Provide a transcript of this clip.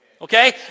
okay